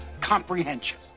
comprehension